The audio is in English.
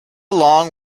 long